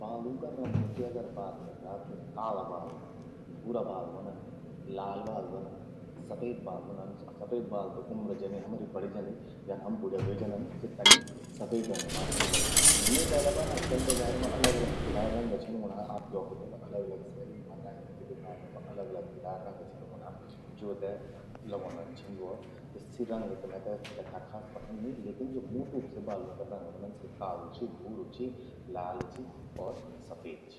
बालों का रंगों कि अलग बात करदा त काला बाल, भूरा बाल व्हंदन। लाल बाल व्हंदन, सफेद बाल व्हंदन। सफेद बाल त उम्र जनि हमरि बड़ि जंदि जन हम बुड्या व्हे जंदन, सि तनि सफेद रंग मां चलि जंदन। येका अलावा आजकल बजार मां अलग अलग तिर रंग छिन ऊंणा। आप द्योखद वला अलग अलग सैलून मां नाइयों कि दुकान मां अलग अलग तिरा रंग छिन ऊणा। ज्वो ते लगौंदन छिन ल्वो। त सि रंग त मेते तथ्या खास पसंद नी लेकिन ज्वो मूल रूप से बालों का रंग व्हंदन स्वो कालू चि, भूरू चि, लाल चि अर सफेद चि ।